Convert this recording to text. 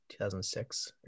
2006